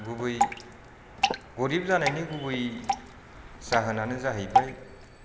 गुबै गोरिब जानायनि गुबै जाहोनानो जाहैबाय